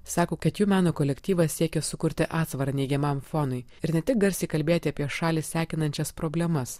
sako kad jų meno kolektyvas siekia sukurti atsvarą neigiamam fonui ir ne tik garsiai kalbėti apie šalį sekinančias problemas